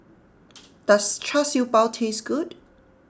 does Char Siew Bao taste good